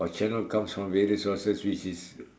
or channel comes from various sources which is